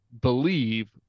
believe